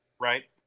right